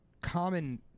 common